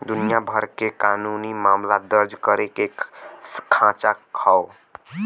दुनिया भर के कानूनी मामला दर्ज करे के खांचा हौ